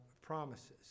promises